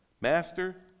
Master